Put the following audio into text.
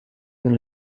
vers